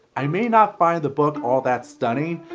i may not find the book all that stunning,